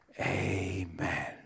Amen